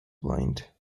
blind